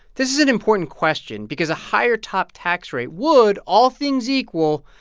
this is an important question because a higher top tax rate would, all things equal,